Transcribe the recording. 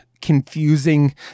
confusing